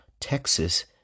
Texas